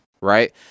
right